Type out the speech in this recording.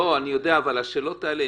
אני יודע אבל השאלות האלה,